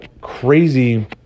crazy